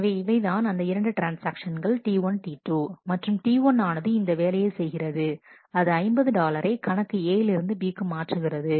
எனவே இவைதான் அந்த இரண்டு ட்ரான்ஸ்ஆக்ஷன்கள் T1T2 மற்றும் T1 ஆனது இந்த வேலையை செய்கிறது அது 50 டாலரை கணக்கு A யிலிருந்து B க்குமாற்றுகிறது